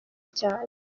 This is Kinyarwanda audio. cyane